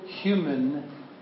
human